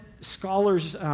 scholars